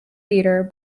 theatre